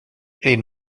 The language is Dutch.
een